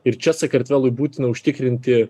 ir čia sakartvelui būtina užtikrinti